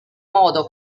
modo